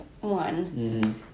one